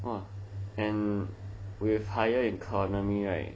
!wah! and with higher economy right